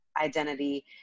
identity